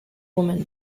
woman